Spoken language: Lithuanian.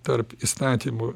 tarp įstatymų